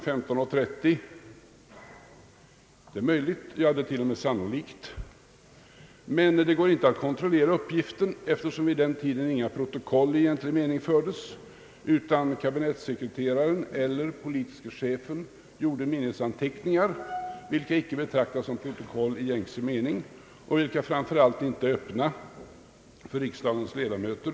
15.30, men det går inte att kontrollera uppgiften, eftersom inga protokoll i egentlig mening vid den tiden fördes, utan kabinettssekreteraren eller den politiska chefen gjorde minnesanteckningar, vilka icke betraktades som protokoll i gängse mening och vilka framför allt icke var öppna för riksdagens ledamöter.